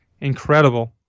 incredible